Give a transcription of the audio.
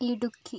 Idukki